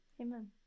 Amen